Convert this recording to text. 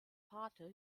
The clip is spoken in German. vater